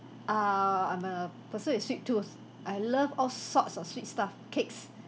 err I'm a person with sweet tooth I love all sorts of sweet stuff cakes